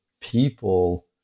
people